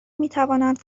میتوانند